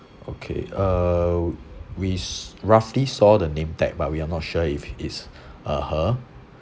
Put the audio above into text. okay uh we s~ roughly saw the name tag but we are not sure if it's uh her